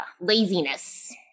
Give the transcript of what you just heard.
laziness